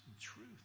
truth